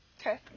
Okay